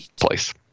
place